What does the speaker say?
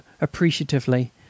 appreciatively